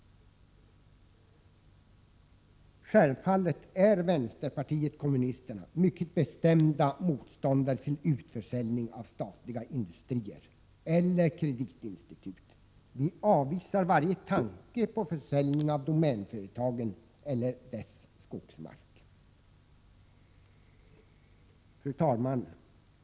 Självfallet är vi i vänsterpartiet kommunisterna mycket bestämda motståndare till utförsäljning av statliga industrier eller kreditinstitut. Vi avvisar varje tanke på försäljning av domänverkets företag eller skogsmark. Fru talman!